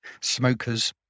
smokers